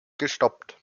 gestoppt